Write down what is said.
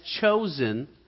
chosen